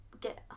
get